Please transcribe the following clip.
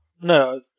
No